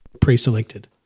pre-selected